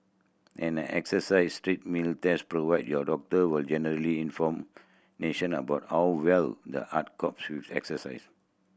an exercise treadmill test provide your doctor with general information about how well the heart copes with exercise